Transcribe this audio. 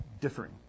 differing